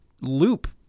loop